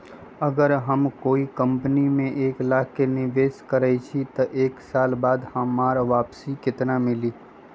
अगर हम कोई कंपनी में एक लाख के निवेस करईछी त एक साल बाद हमरा वापसी में केतना मिली?